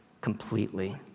completely